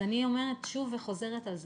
אז אני אומרת שוב וחוזרת על זה,